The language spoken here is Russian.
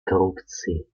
коррупцией